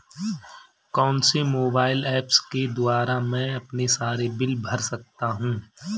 कौनसे mobile apps के द्वारा मैं अपने सारे बिल भर सकता हूं?